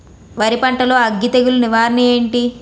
వరి పంటలో అగ్గి తెగులు నివారణ ఏంటి?